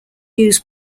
use